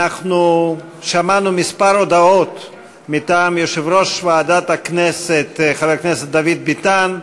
אנחנו שמענו כמה הודעות מטעם יושב-ראש ועדת הכנסת חבר הכנסת דוד ביטן.